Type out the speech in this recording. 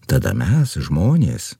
tada mes žmonės